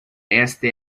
esta